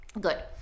Good